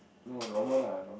no normal lah normal